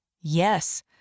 Yes